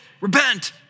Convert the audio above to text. repent